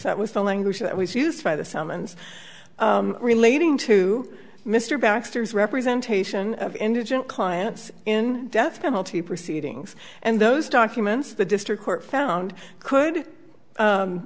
that was the language that was used by the summons relating to mr backs representation of indigent clients in death penalty proceedings and those documents the district court found could